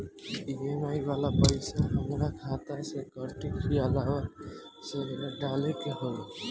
EMI वाला पैसा हाम्रा खाता से कटी की अलावा से डाले के होई?